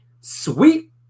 Sweet